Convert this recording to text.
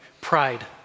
pride